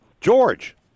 George